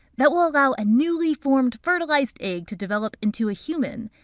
that will allow a newly formed fertilized egg to develop into a human.